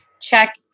check